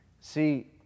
See